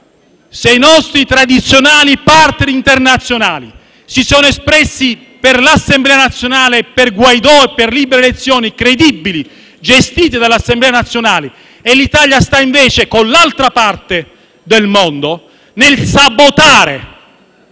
i nostri tradizionali *partner* internazionali si sono espressi per l'Assemblea nazionale, per Guaidó e per libere elezioni credibili, gestite dall'Assemblea nazionale. Se, invece, l'Italia sta con l'altra parte del mondo nel sabotare